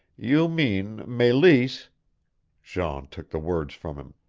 you mean meleese jean took the words from him.